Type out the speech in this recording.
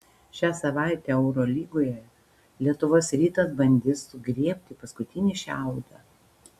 šią savaitę eurolygoje lietuvos rytas bandys sugriebti paskutinį šiaudą